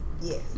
Yes